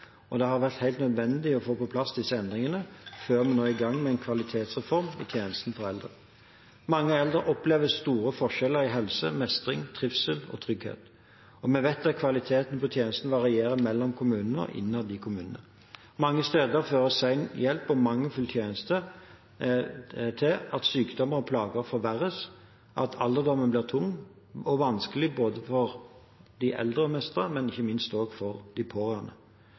og det har vært helt nødvendig å få på plass disse endringene før vi nå går i gang med en kvalitetsreform i tjenestene til eldre. Mange eldre opplever store forskjeller i helse, mestring, trivsel og trygghet, og vi vet at kvaliteten på tjenestene varierer mellom kommunene og innad i kommunene. Mange steder fører sen hjelp og mangelfulle tjenester til at sykdommer og plager forverres, og at alderdommen blir tung og vanskelig å mestre for de eldre og ikke minst for pårørende.